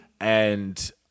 and-